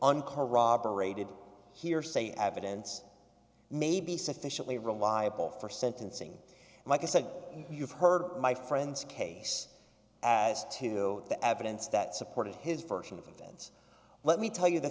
uncorroborated hearsay evidence may be sufficiently reliable for sentencing and like i said you've heard my friend's case as to the evidence that supported his version of events let me tell you the